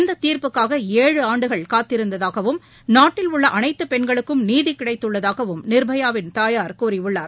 இந்த தீர்ப்புக்காக ஏழு ஆண்டுகள் காத்திருந்ததாகவும் நாட்டில் உள்ள அனைத்து பெண்களுக்கும் நீதி கிடைத்துள்ளதாகவும் நிர்பயாவின் தாயார் கூறியுள்ளார்